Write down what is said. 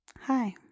hi